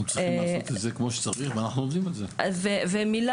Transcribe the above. אנחנו צריכים לעשות את זה כמו שצריך ואנחנו עובדים על זה.